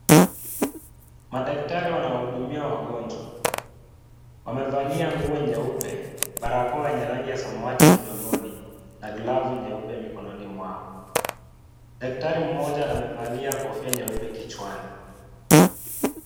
Madaktari wanawahudumia wagonjwa. Wamevalia nguo nyeupe, barakoa yenye rangi ya samawati midomoni na glavu nyeupe mikononi mwao. Daktari mmoja amevalia kofia nyeupe kichwani.